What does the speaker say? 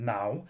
Now